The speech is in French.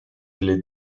les